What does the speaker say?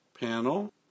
panel